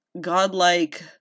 godlike